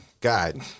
God